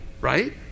right